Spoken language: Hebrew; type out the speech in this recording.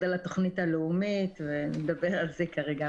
על התכנית הלאומית ונדבר על זה כרגע.